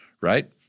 right